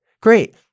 Great